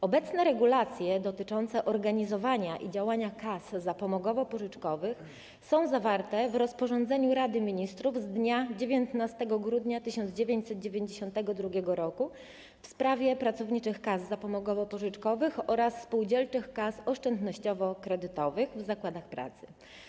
Obecne regulacje dotyczące organizowania i działania kas zapomogowo-pożyczkowych są zawarte w rozporządzeniu Rady Ministrów z dnia 19 grudnia 1992 r. w sprawie pracowniczych kas zapomogowo-pożyczkowych oraz spółdzielczych kas oszczędnościowo-kredytowych w zakładach pracy.